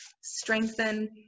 strengthen